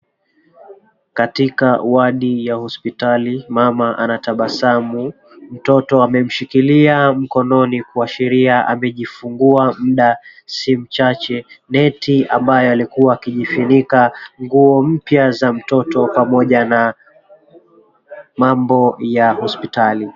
Katika wadi ya hospitali, mama anatabasamu, mtoto amemshikilia mkonono kuashiria amejifungua muda si mchache. Neti ambayo alikuwa akijifunika, nguo mpya za mtoto, pamoja na mambo ya hospitali.